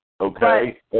Okay